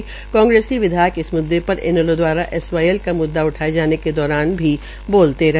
क कांग्रेसी विधायक इस मुद्दे पर इनैलो द्वारा एसवाईएल का म्द्दा उठाये जाने के दौरान भी बोलते रहे